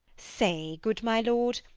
say, good my lord,